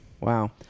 wow